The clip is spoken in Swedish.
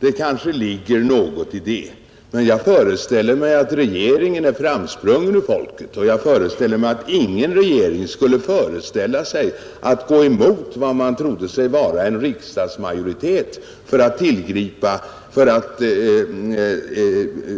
Det kanske ligger något i det, men jag föreställer mig att regeringen är framsprungen ur folket och jag förmodar att ingen regering skulle kunna föreställa sig att gå emot vad den trodde vara en riksdagsmajoritet för att